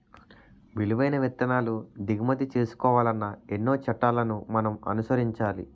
విలువైన విత్తనాలు దిగుమతి చేసుకోవాలన్నా ఎన్నో చట్టాలను మనం అనుసరించాలి